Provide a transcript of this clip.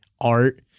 art